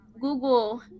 Google